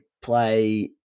play